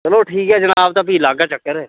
चलो ठीक ऐ जनाब ते फ्ही लागा चक्कर